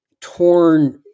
torn